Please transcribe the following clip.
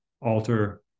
alter